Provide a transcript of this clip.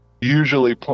usually